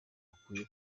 ukwiye